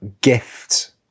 gift